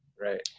Right